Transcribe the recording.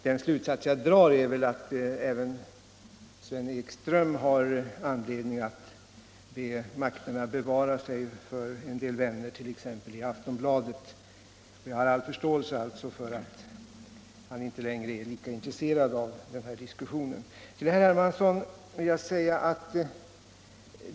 Den slutsats jag drar är att även herr Ekström har anledning att be makterna bevara honom för en del vänner, t.ex. i Aftonbladet. Jag har alltså all förståelse för att han inte längre är lika intresserad av denna diskussion.